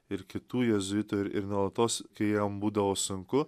ir kitų jėzuitų ir nuolatos kai jam būdavo sunku